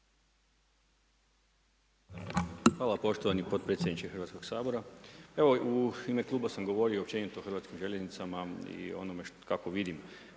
Hvala poštovani potpredsjedniče Hrvatskog sabora. Evo u ime kluba sam govorio općenito o Hrvatskim željeznicama i o onome kako vidim